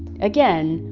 again,